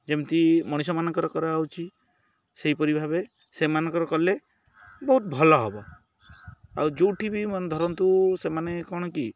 ଯେମିତି ମଣିଷମାନଙ୍କର କରାହଉଛି ସେହିପରି ଭାବେ ସେମାନଙ୍କର କଲେ ବହୁତ ଭଲ ହବ ଆଉ ଯେଉଁଠି ବି ଧରନ୍ତୁ ସେମାନେ କ'ଣ କି